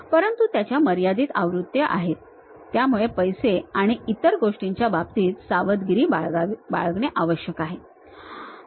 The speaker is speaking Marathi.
परंतु त्याच्या मर्यादित आवृत्त्या आहेत त्यामुळे पैसे आणि इतर गोष्टींच्या बाबतीत सावधगिरी बाळगणे आवश्यक आहे